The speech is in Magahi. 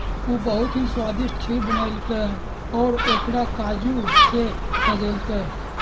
उ बहुत ही स्वादिष्ट खीर बनल कई और ओकरा काजू से सजल कई